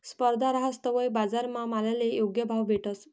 स्पर्धा रहास तवय बजारमा मालले योग्य भाव भेटस